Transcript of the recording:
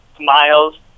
miles